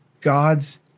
God's